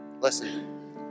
Listen